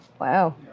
Wow